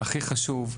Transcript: הכי חשוב.